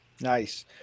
nice